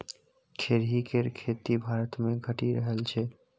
खेरही केर खेती भारतमे घटि रहल छै